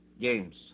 games